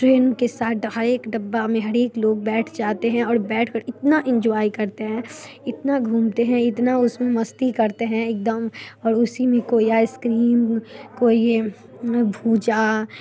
train के साथ एक डब्बा में हर एक लोग बैठ जाते हैं और बैठकर इतना इंजॉय करते हैं इतना घूमते हैं इतना उसमें मस्ती करते हैं एकदम और उसीमें कोई आइसक्रीम कोई ये भूंजा